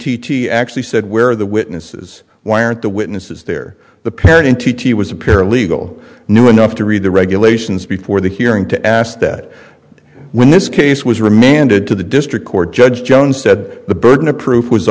t t actually said where are the witnesses why aren't the witnesses there the parent in t t was a paralegal knew enough to read the regulations before the hearing to ask that when this case was remanded to the district court judge joan said the burden of proof was